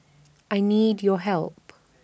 I need your help